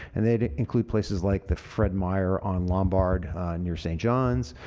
and it includes places like the fred meyer on lombard near st. john's.